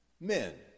men